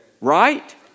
Right